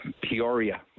Peoria